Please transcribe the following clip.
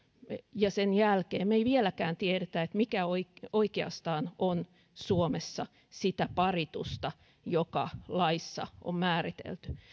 ja sen jälkeen me emme vieläkään tiedä mikä oikeastaan on suomessa sitä paritusta joka laissa on määritelty sen